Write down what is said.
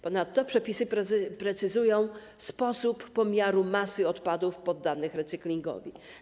Ponadto przepisy precyzują sposób pomiaru masy odpadów poddanych recyklingowi.